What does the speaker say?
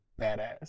badass